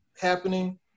happening